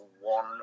one